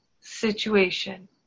situation